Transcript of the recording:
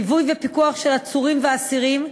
ליווי ופיקוח של עצורים ואסירים,